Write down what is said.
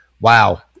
wow